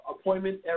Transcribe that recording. appointment